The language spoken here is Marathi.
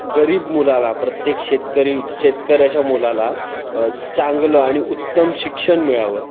गरीब मुलाला प्रत्येक शेतकरी शेतकऱ्याच्या मुलाला चांगलं आणि उत्तम शिक्षण मिळावं